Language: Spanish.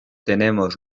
tenemos